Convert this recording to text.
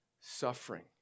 suffering